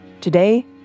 Today